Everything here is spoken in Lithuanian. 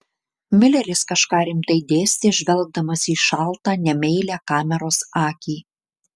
mileris kažką rimtai dėstė žvelgdamas į šaltą nemeilią kameros akį